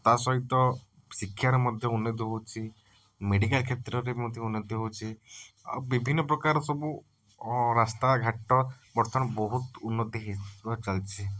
ତା ସହିତ ଶିକ୍ଷାର ମଧ୍ୟ ଉନ୍ନତି ହଉଛି ମେଡ଼ିକାଲ୍ କ୍ଷେତ୍ରରେ ମଧ୍ୟ ଉନ୍ନତି ହଉଛି ଆଉ ବିଭିନ୍ନ ପ୍ରକାର ସବୁ ରାସ୍ତାଘାଟ ବର୍ତ୍ତମାନ ବହୁତ ଉନ୍ନତି ହେଇ ଚାଲିଛି